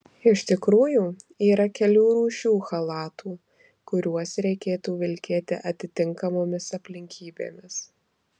iš tikrųjų yra kelių rūšių chalatų kuriuos reikėtų vilkėti atitinkamomis aplinkybėmis